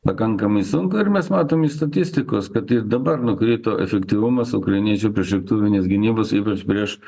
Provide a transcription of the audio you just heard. pakankamai sunku ir mes matom iš statistikos kad dabar nukrito efektyvumas ukrainiečių priešlėktuvinės gynybos ypač prieš